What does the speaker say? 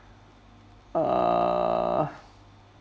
err